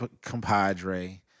compadre